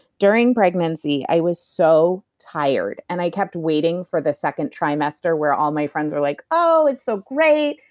during pregnancy, i was so tired, and i kept waiting for the second trimester where all my friends were like, oh, it's so great.